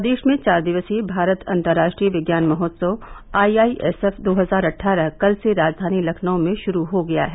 प्रदेष में चार दिवसीय भारत अतंर्राश्ट्रीय विज्ञान महोत्सव आईआईएसएफ दो हजार अट्ठारह कल से राजधानी लखनऊ में षुरू हो गया है